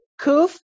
Kuf